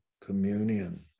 communion